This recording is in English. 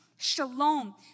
shalom